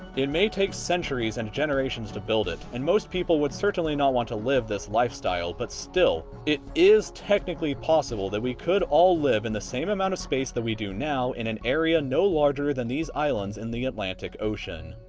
it may take centuries and generations to build it and most people would certainly not want to live this lifestyle, but still. it is technically possible that we could all live in the same amount of space that we do now in an area no larger than these islands in the atlantic ocean.